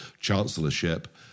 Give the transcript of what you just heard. chancellorship